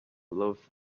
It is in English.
love